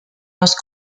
los